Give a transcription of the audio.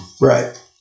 Right